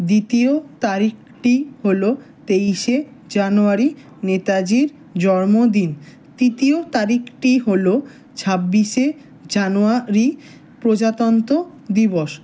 দ্বিতীয় তারিখটি হলো তেইশে জানুয়ারি নেতাজির জন্মদিন তৃতীয় তারিখটি হলো ছাব্বিশে জানুয়ারি প্রজাতন্ত্র দিবস